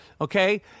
okay